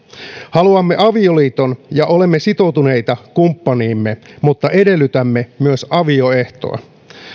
haluamme avioliiton ja olemme sitoutuneita kumppaniimme mutta edellytämme myös avioehtoa